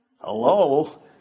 Hello